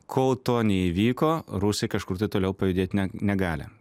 kol to neįvyko rusai kažkur tai toliau pajudėt negali